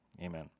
Amen